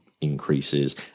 increases